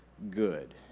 good